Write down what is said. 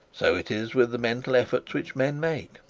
so it is with the mental efforts which men make.